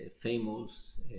famous